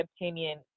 opinion